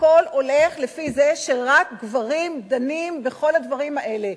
הכול הולך לפי זה שרק גברים דנים בכל הדברים האלה.